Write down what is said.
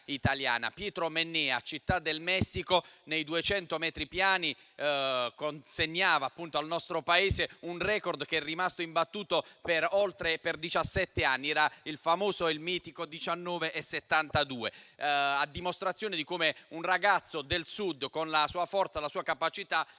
Pietro Mennea a Città del Messico, nei 200 metri piani, consegnava al nostro Paese un *record* che è rimasto imbattuto per oltre diciassette anni. Era il famoso e mitico 19"72, a dimostrazione di come un ragazzo del Sud, con la sua forza e la sua capacità, in quel